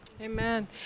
amen